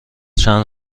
چند